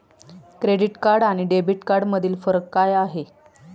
Credit card आणि debit कार्डमधील फरक काय आहे?